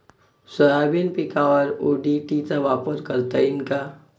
Soybean पिकावर ODT चा वापर करता येईन का?